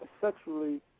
sexually